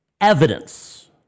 evidence